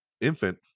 infant